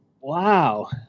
Wow